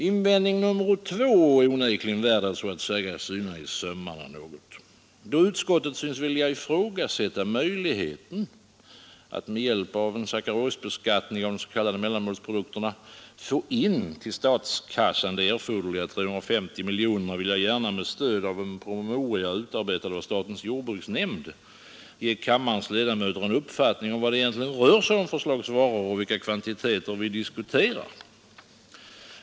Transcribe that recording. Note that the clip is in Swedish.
Invändning nummer två är onekligen värd att så att säga syna i sömmarna. Då utskottet synes vilja ifrågasätta möjligheten att med hjälp av sackarosbeskattning av de s.k. mellanmålsprodukterna få in till statskassan de erforderliga 350 miljonerna, vill jag gärna med stöd av en PM utarbetad av statens jordbruksnämnd ge kammarens ledamöter en uppfattning om vad det egentligen rör sig om för slags varor och vilka kvantiteter vi diskuterar.